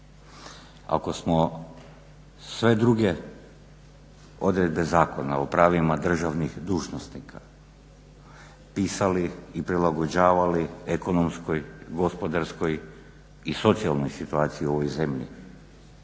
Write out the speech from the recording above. Ako smo sve druge odredbe Zakona o pravima državnih dužnosnika pisali i prilagođavali ekonomskoj, gospodarskoj i socijalnoj situaciji u ovoj zemlji,